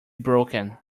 broken